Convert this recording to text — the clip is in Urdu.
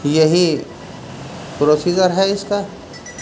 یہی پروسیجر ہے اس کا